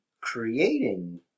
creating